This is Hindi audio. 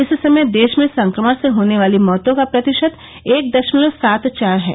इस समय देश में संक्रमण से होने वाली मौतों का प्रतिशत एक दशमलव सात चार है